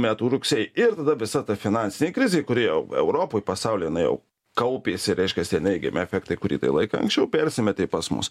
metų rugsėjį ir tada visa ta finansinė krizė kur ėjo europoj pasaulyje jau kaupėsi reiškias tie neigiami efektai kurį tai laiką anksčiau persimetė pas mus